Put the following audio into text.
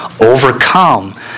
overcome